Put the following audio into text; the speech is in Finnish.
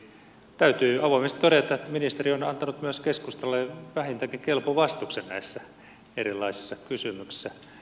täytyy avoimesti todeta että ministeri on antanut myös keskustalle vähintäänkin kelpo vastuksen näissä erilaisissa kysymyksissä